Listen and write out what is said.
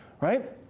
right